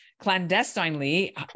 Clandestinely